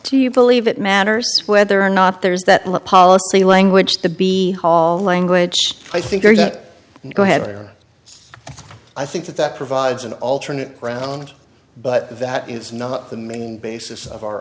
do you believe it matters whether or not there's that law policy language to be hauled language i think go ahead where i think that that provides an alternate ground but that is not the main basis of our